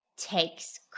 takes